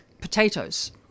potatoes